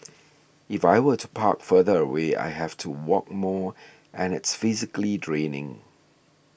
if I were to park further away I have to walk more and it's physically draining